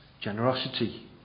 Generosity